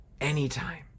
anytime